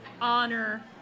honor